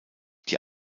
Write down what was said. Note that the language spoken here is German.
die